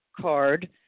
card